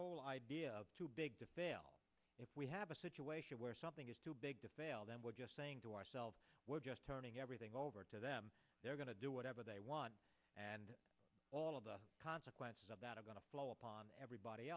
whole idea of too big to fail if we have a situation where something is too big to fail then we're just saying to ourselves turning everything over to them they're going to do whatever they want and all of the consequences of that are going to blow up on everybody